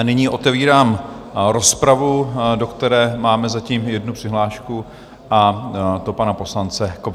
Nyní otevírám rozpravu, do které máme zatím jednu přihlášku, a to pana poslance Kobzy.